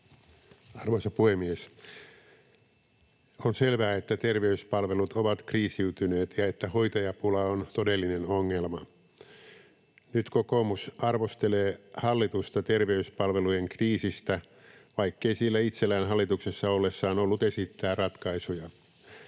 Arvoisa puhemies! On selvää, että terveyspalvelut ovat kriisiytyneet ja että hoitajapula on todellinen ongelma. Nyt kokoomus arvostelee hallitusta terveyspalvelujen kriisistä, vaikkei sillä itsellään hallituksessa ollessaan ollut esittää ratkaisuja.